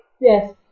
Yes